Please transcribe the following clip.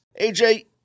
Aj